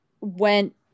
went